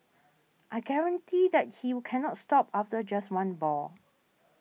I guarantee that you cannot stop after just one ball